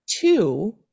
two